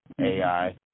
AI